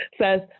says